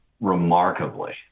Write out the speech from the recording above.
remarkably